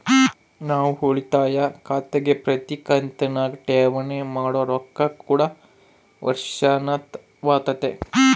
ನಾವು ಉಳಿತಾಯ ಖಾತೆಗೆ ಪ್ರತಿ ಕಂತಿನಗ ಠೇವಣಿ ಮಾಡೊ ರೊಕ್ಕ ಕೂಡ ವರ್ಷಾಶನವಾತತೆ